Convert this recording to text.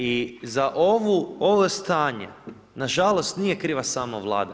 I za ovo stanje na žalost nije kriva samo Vlada.